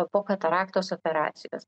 po kataraktos operacijos